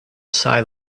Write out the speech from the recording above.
silently